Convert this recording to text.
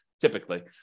typically